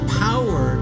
power